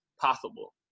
possible